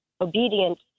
obedient